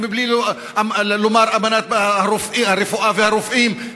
ובלי לומר: אמנת הרפואה והרופאים,